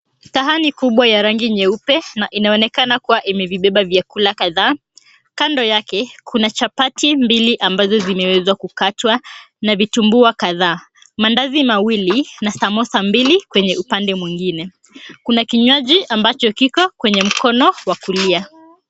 Sahani kubwa ya rangi nyeupe inayoonekana kuwa imevibeba vyakula kadhaa. Kando yake kuna chapati mbili ambazo zimeweza kukatwa, na vitumbua kadhaa. Maandazi mawili na samosa mbili kwenye upande mwingine. Kuna kinywaji ambacho kiko kwenye mkono wa kulia.